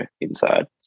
inside